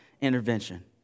intervention